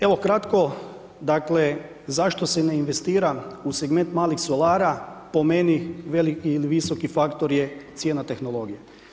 Evo kratko, dakle zašto se ne investira u segment malih solara, po meni velik ili visok faktor je cijena tehnologije.